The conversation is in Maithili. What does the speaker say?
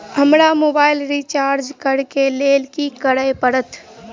हमरा मोबाइल रिचार्ज करऽ केँ लेल की करऽ पड़त?